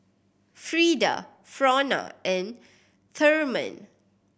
Freeda Frona and Therman